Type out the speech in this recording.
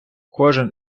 кожен